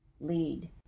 lead